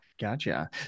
Gotcha